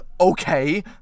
okay